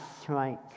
strike